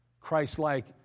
Christ-like